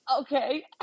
Okay